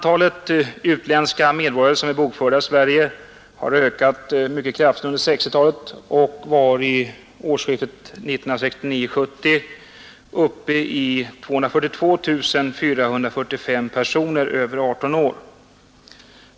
Antalet utländska medborgare som är bokförda i Sverige har ökat mycket kraftigt under 1960-talet och var vid årsskiftet 1969-1970 uppe i 242 445 personer över 18 år.